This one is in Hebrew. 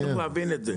צריך להבין את זה.